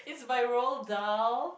by Roald-Dahl